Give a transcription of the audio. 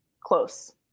close